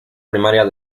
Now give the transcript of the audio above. primaria